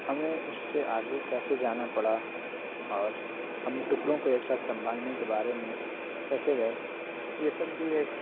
ہمیں اس سے آگے کیسے جانا پڑا اور ہم ٹکڑوں کو ایک ساتھ سنبھالنے کے بارے میں کیسے گئے یہ سب بھی ایک